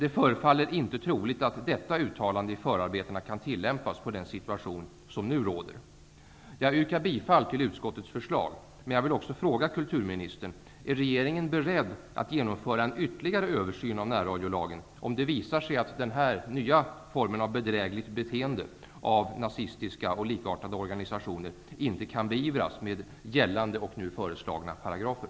Det förefaller inte troligt att detta uttalande i förarbetena kan tillämpas på den situation som nu råder. Jag yrkar bifall till utskottets förslag, men vill också fråga kulturministern: Är regeringen beredd att genomföra en ytterligare översyn av närradiolagen om det visar sig att denna nya form av bedrägligt beteende av nazistiska -- och likartade -- organisationer inte kan beivras med gällande och nu föreslagna paragrafer?